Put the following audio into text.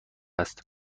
است